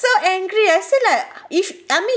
so angry I feel like if I mean